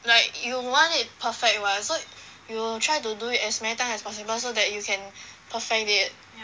like you want it perfect [what] so you will try to do as many times as possible so that you can perfect it